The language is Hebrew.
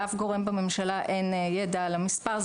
לאף גורם בממשלה אין ידע על המספר,